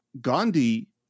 Gandhi